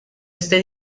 este